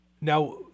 now